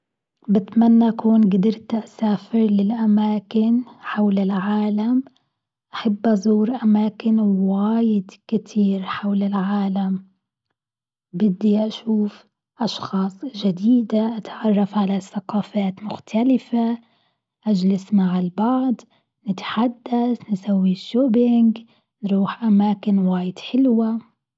بتمنى أكون قدرت أسافر للأماكن حول العالم، أحب أزور أماكن واجد كتير حول العالم، بدي أشوف أشخاص جديدة أتعرف على ثقافات مختلفة، أجلس مع البعض نتحدث نسوي شوبينج نروح أماكن واجد حلوة.